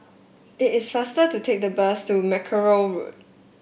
it is faster to take the bus to Mackerrow Road